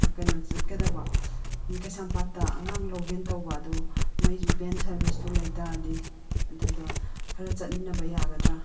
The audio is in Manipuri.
ꯀꯩꯅꯣ ꯆꯠꯀꯗꯕ ꯀꯩꯁꯥꯝꯄꯥꯠꯇ ꯑꯉꯥꯡ ꯂꯧꯒꯦꯅ ꯇꯧꯕ ꯑꯗꯨ ꯅꯣꯏꯁꯤ ꯚꯦꯟ ꯁꯔꯕꯤꯁꯇꯨ ꯂꯩ ꯇꯥꯔꯗꯤ ꯑꯗꯨꯗ ꯈꯔ ꯆꯠꯃꯤꯟꯅꯕ ꯌꯥꯒꯗ꯭꯭ꯔꯥ